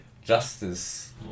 justice